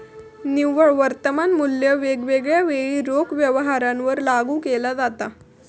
निव्वळ वर्तमान मुल्य वेगवेगळ्या वेळी रोख व्यवहारांवर लागू केला जाता